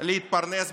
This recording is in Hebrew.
להתפרנס בכבוד.